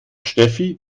steffi